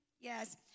Yes